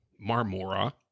marmora